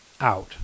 out